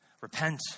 repent